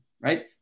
right